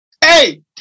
Hey